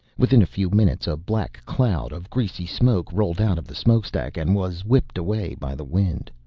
within a few minutes a black cloud of greasy smoke rolled out of the smokestack and was whipped away by the wind.